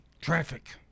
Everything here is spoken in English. traffic